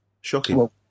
Shocking